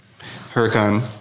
Huracan